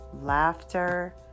laughter